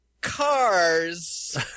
cars